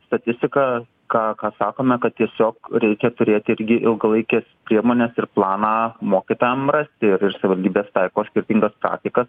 statistika ką ką sakome kad tiesiog reikia turėti irgi ilgalaikes priemones ir planą mokytojam rasti ir ir savivaldybės taiko skirtingas praktikas